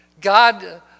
God